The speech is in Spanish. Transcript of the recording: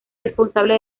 responsable